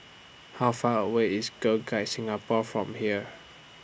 How Far away IS Girl Guides Singapore from here